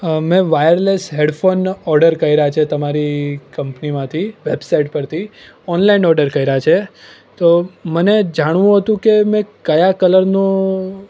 અ મેં wireless headphone order કર્યા છે તમારી કંપનીમાંથી વેબસાઇટ પરથી ઓનલાઇન ઓર્ડર કર્યા છે તો મને જાણવું હતું કે મને કયા કલરનું